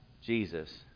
Jesus